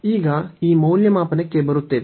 ಈಗ ಮೌಲ್ಯಮಾಪನಕ್ಕೆ ಬರುತ್ತೇವೆ